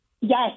Yes